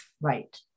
Right